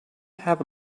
have